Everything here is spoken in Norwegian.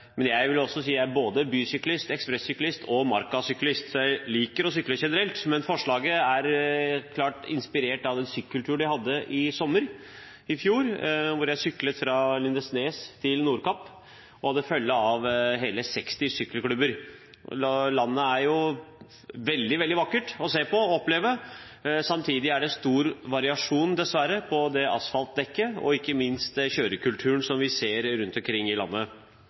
Men jeg vil si at jeg er både bysyklist, ekspress-syklist og markasyklist. Så jeg liker generelt å sykle, men forslaget er klart inspirert av den sykkelturen jeg hadde i fjor sommer, da jeg syklet fra Lindesnes til Nordkapp og hadde følge av hele 60 sykkelklubber. Landet vårt er veldig vakkert å se på og oppleve, samtidig er det stor variasjon, dessverre, når det gjelder asfaltdekket og ikke minst kjørekulturen som vi ser rundt omkring i landet.